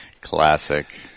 Classic